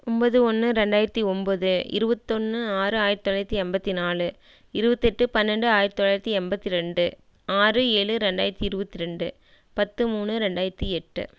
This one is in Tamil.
ஒம்பது ஒன்று ரெண்டாயிரத்து ஒம்பது இருபத்தொன்னு ஆறு ஆயரத்து தொளாயிரத்து ஐம்பத்தி நாலு இருபத்தெட்டு பன்னெண்டு ஆயரத்து தொளாயிரத்து எண்பத்தி ரெண்டு ஆறு ஏழு ரெண்டாயிரத்தி இருபத் ரெண்டு பத்து மூணு ரெண்டாயிரத்து எட்டு